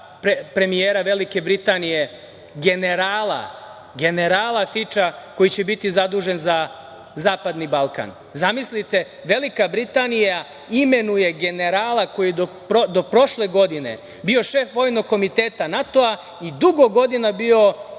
premijera Velike Britanije, generala Fiča koji će biti zadužen za Zapadni Balkan? Zamislite, Velika Britanija imenuje generala koji je do prošle godine bio šef Vojnog komiteta NATO-a i dugo godina bio